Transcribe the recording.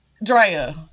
Drea